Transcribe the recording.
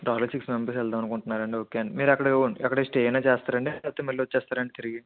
టోటల్గా six members వెళదాం అనుకుంటున్నారా అండి ఓకే అండి మీరు అక్కడ స్టే ఏమైనా చేస్తారండి లేకపోతే మళ్ళి వచ్చేస్తారా అండి తిరిగి